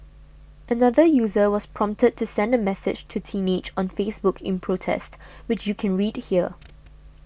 another user was prompted to send a message to Teenage on Facebook in protest which you can read here